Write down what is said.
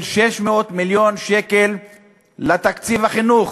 של 600 מיליון שקל לתקציב החינוך.